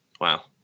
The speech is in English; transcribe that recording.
Wow